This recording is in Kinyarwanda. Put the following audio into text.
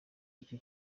icyo